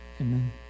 Amen